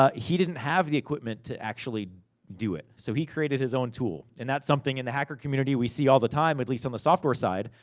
ah he didn't have the equipment to actually do it. so, he created his own tool. and that's something, in the hacker community, we see all the time. at least on the software side.